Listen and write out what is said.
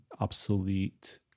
Obsolete